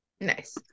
Nice